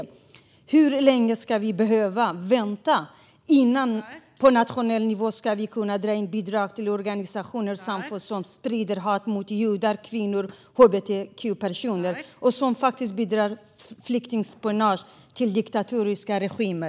Hur länge ska vi behöva vänta innan vi på nationell nivå ska kunna dra in bidrag till organisationer och samfund som sprider hat mot judar, kvinnor och hbtq-personer och som faktiskt bidrar till flyktingspionage åt diktatoriska regimer?